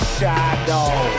Shadow